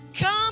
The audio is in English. Come